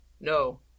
No